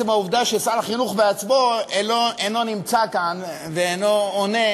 עצם העובדה ששר החינוך עצמו אינו נמצא כאן ואינו עונה